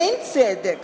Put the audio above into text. אין צדק